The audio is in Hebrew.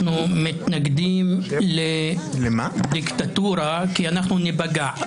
אנחנו מתנגדים לדיקטטורה, כי אנחנו ניפגע.